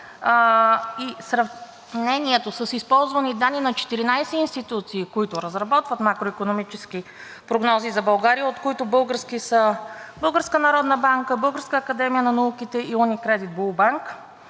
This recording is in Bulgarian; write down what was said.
и сравнението с използвани данни на 14 институции, които разработват макроикономически прогнози за България, от които български са: Българската народна банка,